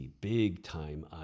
big-time